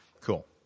cool